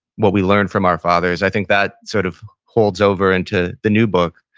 what we learned from our fathers. i think that sort of holds over into the new book,